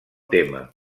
tema